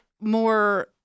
more